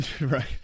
Right